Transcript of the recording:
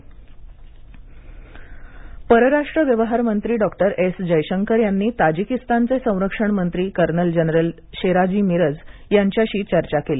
भारत आणि ताजिकिस्तान परराष्ट्र व्यवहार मंत्री डॉक्टर एस जयशंकर यांनी ताजिकिस्तान चे संरक्षण मंत्रीकर्नल जनरल शेराली मिरज यांच्याशी चर्चा केली